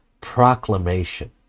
proclamation